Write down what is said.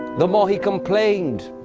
the more he complained.